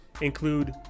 include